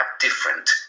different